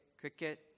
cricket